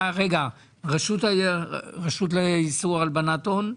רשות לאיסור הלבנת הון?